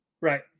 Right